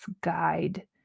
guide